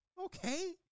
Okay